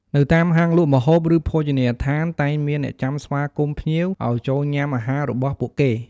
ដូចដែលយើងបានឃើញ ការស្វាគមន៍ និងការសួរសុខទុក្ខ គឺជាវប្បធម៌ដ៏សំខាន់របស់ខ្មែរ ដែលមានក្នុងខ្លួនខ្មែរគ្រប់រូប។